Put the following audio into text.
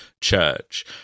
church